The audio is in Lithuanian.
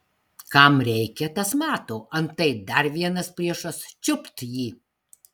kam reikia tas mato antai dar vienas priešas čiupt jį